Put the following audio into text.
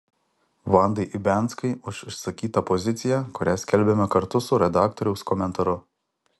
vandai ibianskai už išsakytą poziciją kurią skelbiame kartu su redaktoriaus komentaru